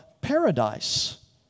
paradise